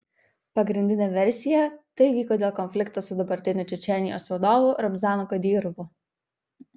pagrindinė versija tai įvyko dėl konflikto su dabartiniu čečėnijos vadovu ramzanu kadyrovu